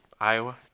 iowa